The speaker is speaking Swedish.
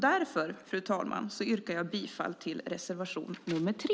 Därför, fru talman, yrkar jag bifall till reservation nr 3.